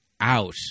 out